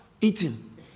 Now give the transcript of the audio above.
eating